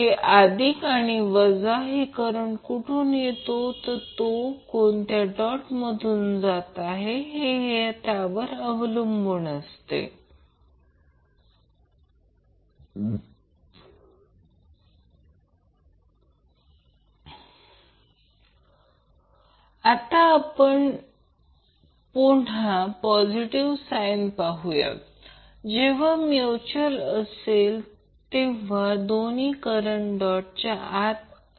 तर मला ते स्पष्ट करू द्या याचा अर्थ मी जे जे सांगितले ते ZC 4 हे 4RL 2 XC 2 पेक्षा मोठे असणे आवश्यक आहे हे 2 √ टर्म पॉझिटिव्ह असणे आवश्यक आहे